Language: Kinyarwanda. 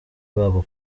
babo